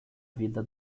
vida